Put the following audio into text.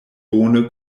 bone